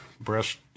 breast